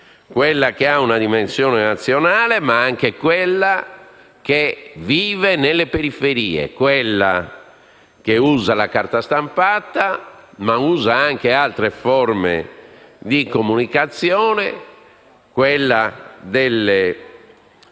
quella che ha una dimensione nazionale ma anche quella che vive nelle periferie, quella usa la carta stampata ma anche altre forme di comunicazione, quella delle